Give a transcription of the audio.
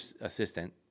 assistant